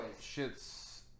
shit's